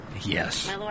Yes